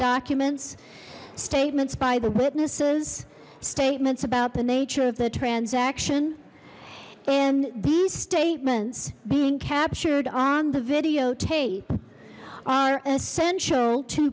documents statements by the witnesses statements about the nature of the transaction and these statements being captured on the videotape are essential to